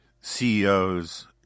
CEOs